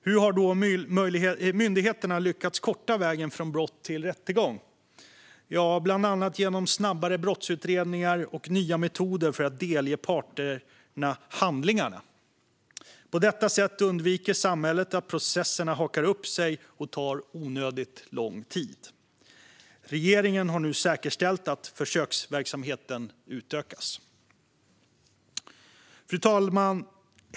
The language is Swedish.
Hur har då myndigheterna lyckats korta vägen från brott till rättegång? Ja, bland annat genom snabbare brottsutredningar och nya metoder för att delge parterna handlingarna. På detta sätt undviker samhället att processerna hakar upp sig och tar onödigt lång tid. Regeringen har nu säkerställt att försöksverksamheten utökas. Fru talman!